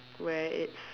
where its